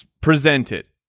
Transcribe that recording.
presented